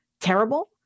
terrible